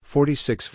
Forty-six